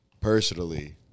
Personally